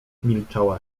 milczała